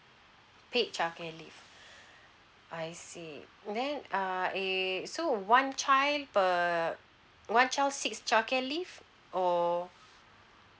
paid childcare leave I see then err a so one child per one child six childcare leave or